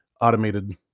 automated